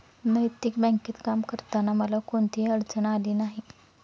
नैतिक बँकेत काम करताना मला कोणतीही अडचण आली नाही